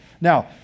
Now